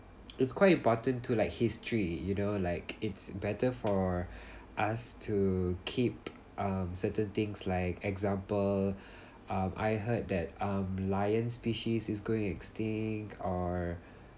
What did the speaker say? it's quite important to like history you know like it's better for us to keep um certain things like example um I heard that um lion species is going extinct or